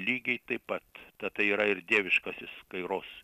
lygiai taip pat tatai yra ir dieviškasis kairos